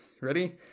Ready